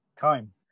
time